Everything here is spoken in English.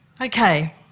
Okay